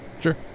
Sure